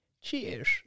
Cheers